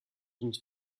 une